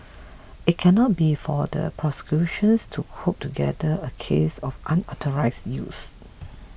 it cannot be for the prosecutions to cobble together a case of unauthorised use